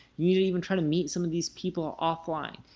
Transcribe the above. you need even try to meet some of these people offline.